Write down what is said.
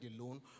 alone